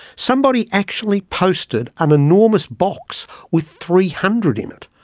somebody actually posted an enormous box with three hundred in it.